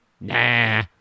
Nah